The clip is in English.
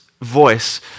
voice